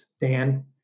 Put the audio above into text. Dan